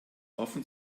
offen